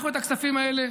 את הכספים האלה